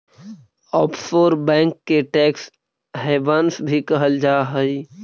offshore bank के tax havens भी कहल जा हइ